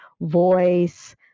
voice